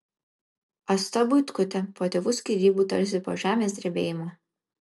asta buitkutė po tėvų skyrybų tarsi po žemės drebėjimo